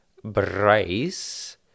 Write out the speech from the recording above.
Bryce